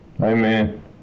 Amen